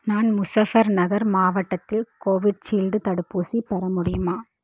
நான் முசஃபர் நகர் மாவட்டத்தில் கோவிட்ஷீல்டு தடுப்பூசி பெற முடியுமா